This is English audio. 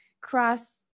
cross